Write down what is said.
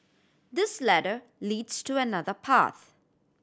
this ladder leads to another path